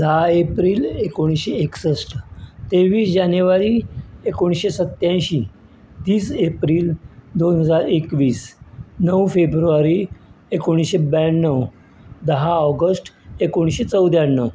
धा एप्रिल एकोणशी एकसश्ट तेवीस जानेवारी एकोणशे सत्यायशी तीस एप्रिल दोन हजार एकवीस णव फेब्रुवारी एकूणशे ब्याण्णव धा ऑगस्ट एकोणीशे चवद्याण्णव